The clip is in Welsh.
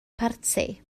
parti